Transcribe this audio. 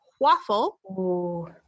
waffle